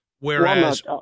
Whereas